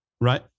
Right